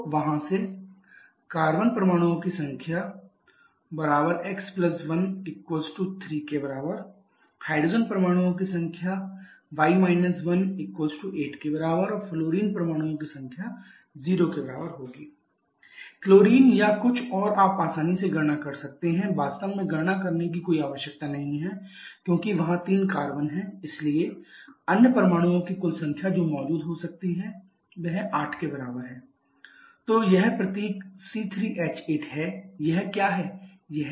तो वहाँ से कार्बन परमाणुओं की संख्या x 1 2 1 3 हाइड्रोजन परमाणु की संख्या y - 1 9 - 1 8 फ्लोरीन परमाणुओं की संख्या 0 क्लोरीन या कुछ और आप आसानी से गणना कर सकते हैं वास्तव में गणना करने की कोई आवश्यकता नहीं है क्योंकि वहां 3 कार्बन है इसलिए अन्य परमाणुओं की कुल संख्या जो मौजूद हो सकती है 3 × 2 2 8 तो यह प्रतीक C3H8 है यह क्या है